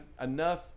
enough